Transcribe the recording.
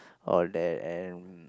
all that and